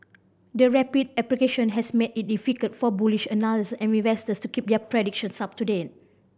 the rapid appreciation has made it difficult for bullish analyst and investors to keep their predictions up to date